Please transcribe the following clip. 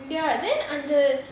ya then அந்த:antha